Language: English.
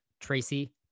Tracy